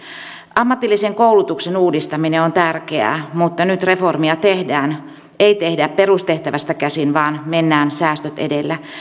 ammatillisen koulutuksen uudistaminen on tärkeää mutta nyt reformia ei tehdä perustehtävästä käsin vaan mennään säästöt edellä